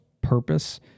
purpose